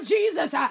Jesus